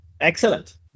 Excellent